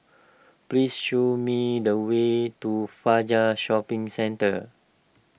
please show me the way to Fajar Shopping Centre